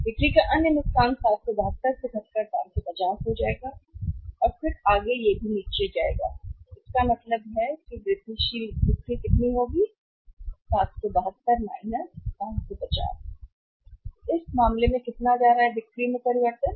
बिक्री का अन्य नुकसान 772 से घटकर 550 हो जाएगा और फिर आगे यह भी नीचे जाएगा तो इसका मतलब है कि वृद्धिशील बिक्री कितनी होगी 772 550 तो इस मामले में कितना जा रहा है बिक्री में परिवर्तन